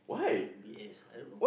m_b_s I don't know